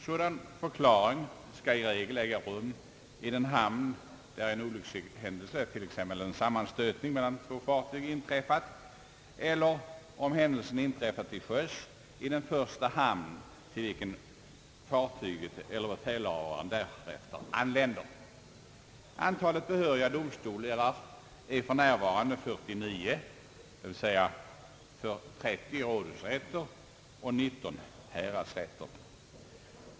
Sådan förklaring skall i regel äga rum i den hamn där en olyckshändelse — t.ex. en sammanstötning mellan två fartyg — inträffat eller, om händelsen inträffat till sjöss, i den första hamn till vilken fartyget eller befälhavaren därefter anländer. Antalet behöriga domstolar är för närvarande 49, d. v. s. 30 rådhusrätter och 19 häradsrätter.